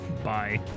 Bye